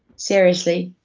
seriously,